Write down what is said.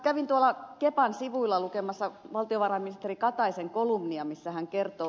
kävin tuolla kepan sivuilla lukemassa valtiovarainministeri kataisen kolumnia missä hän kertoo